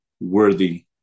worthy